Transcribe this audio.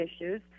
issues